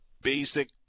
basic